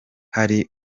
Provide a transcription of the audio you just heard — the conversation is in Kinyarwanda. hari